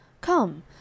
Come